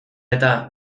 eta